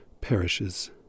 perishes